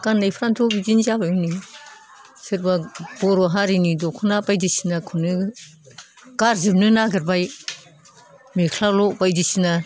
गाननायफ्राथ' बिदिनो जाबाय नै सोरबा बर' हारिनि दखना बायदिसिनाखौनो गारजोबनो नागिरबाय मेख्लाल' बायदिसिना